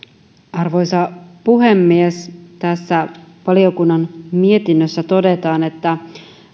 arvoisa puhemies tässä valiokunnan mietinnössä todetaan että